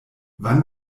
wann